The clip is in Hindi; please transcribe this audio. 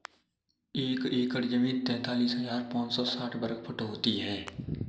एक एकड़ जमीन तैंतालीस हजार पांच सौ साठ वर्ग फुट होती है